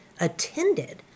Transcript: attended